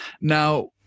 Now